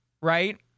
right